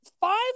Five